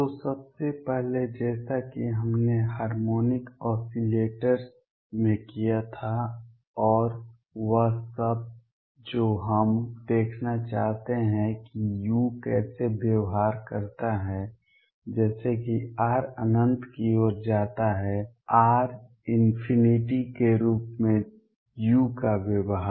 तो सबसे पहले जैसा कि हमने हार्मोनिक ऑसिलेटर्स में किया था और वह सब जो हम देखना चाहते हैं कि u कैसा व्यवहार करता हैं जैसे कि r अनंत की ओर जाता है r →∞ के रूप में u का व्यवहार